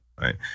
right